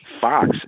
Fox